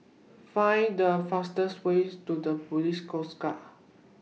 Find The fastest Way to The Police Coast Guard